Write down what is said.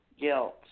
guilt